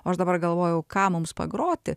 o aš dabar galvojau ką mums pagroti